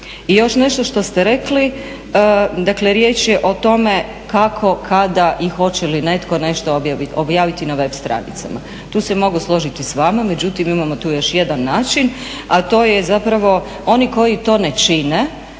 I još nešto što ste rekli, dakle riječ je o tome kako, kada i hoće li netko nešto objaviti na web stranicama. Tu se mogu složiti s vama, međutim, imamo tu još jedan način a to je zapravo oni koji to ne čine